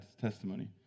testimony